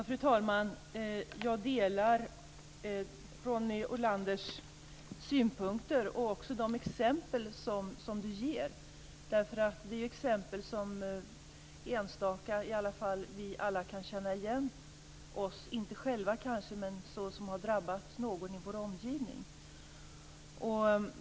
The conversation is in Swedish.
Fru talman! Jag delar Ronny Olanders synpunkter och håller med om de exempel han ger. Det är enstaka exempel som vi alla kan känna igen oss i - inte för egen del kanske, men att det här har drabbat någon i vår omgivning.